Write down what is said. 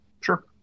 Sure